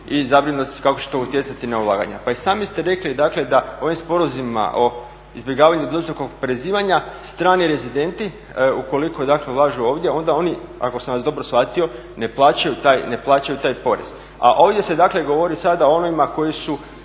i zabrinutosti kako će to utjecati na ulaganja. Pa i sami ste rekli dakle da ovim sporazumima o izbjegavanju dvostrukog oporezivanja strani rezidenti, ukoliko dakle ulažu ovdje onda oni, ako sam vas dobro shvatio, ne plaćaju taj porez. A ovdje se dakle govori sada o onima koji